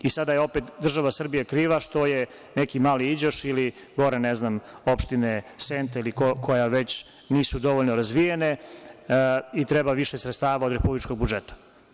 Sada je opet država Srbija kriva što je neki Mali Iđoš ili gore opštine Sente ili koja već, nisu dovoljno razvijene i treba više sredstava od Republičkog budžeta.